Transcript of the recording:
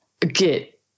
get